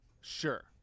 Sure